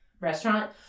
restaurant